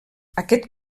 aquest